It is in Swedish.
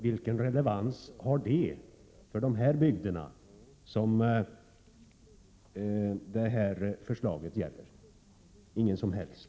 Vilken relevans har det för de bygder som förslaget gäller? Ingen som helst!